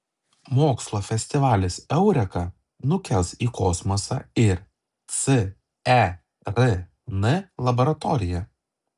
mokslo festivalis eureka nukels į kosmosą ir cern laboratoriją